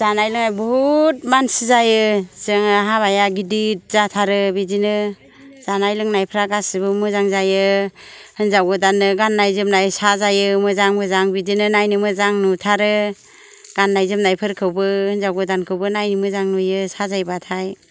जानाय लोंनाय बुहुथ मानसि जायो जोङो हाबाया गिदिर जाथारो बिदिनो जानाय लोंनायफ्रा गासिबो मोजां जायो हिन्जाव गोदाननो गाननाय जोमनाय साजायो मोजां मोजां बिदिनो नायनो मोजां नुथारो गाननाय जोमनायफोरखौबो हिन्जाव गोदानखौबो नायनो मोजां नुयो साजाय बाथाय